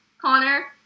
Connor